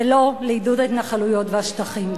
ולא לעידוד ההתנחלויות והשטחים.